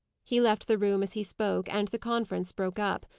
he left the room as he spoke, and the conference broke up.